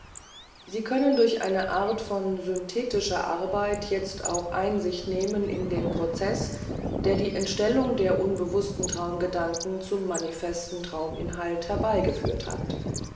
sie können durch eine art von synthetischer arbeit jetzt auch einsicht nehmen in den prozeß der die entstellung der unbewußten traumgedanken zum manifesten trauminhalt herbeigeführt hat